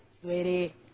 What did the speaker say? sweetie